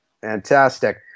Fantastic